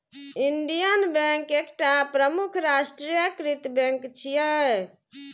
Indian Bank एकटा प्रमुख राष्ट्रीयकृत बैंक छियै